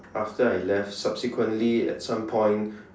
after I left subsequently at some point